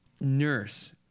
nurse